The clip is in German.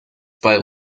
bei